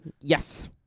Yes